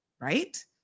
right